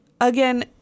again